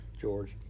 George